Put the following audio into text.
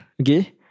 Okay